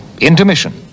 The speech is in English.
intermission